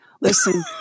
Listen